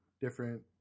different